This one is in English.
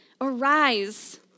arise